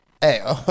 hey